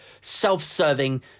self-serving